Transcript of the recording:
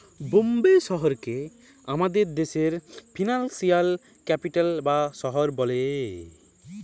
বম্বে শহরকে আমাদের দ্যাশের ফিল্যালসিয়াল ক্যাপিটাল বা শহর ব্যলে